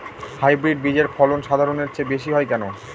Hybrid বীজের ফলন সাধারণের চেয়ে বেশী হয় কেনো?